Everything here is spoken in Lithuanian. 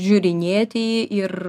žiūrinėti jį ir